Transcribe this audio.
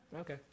okay